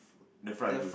the front wheel